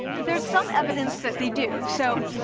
there's some evidence that they do. so,